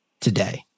today